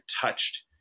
touched